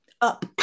up